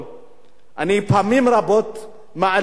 אני פעמים רבות מעלה ואומר: